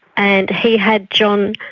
and he had john,